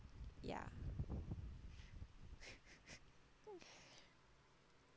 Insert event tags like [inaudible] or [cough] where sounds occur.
ya [laughs]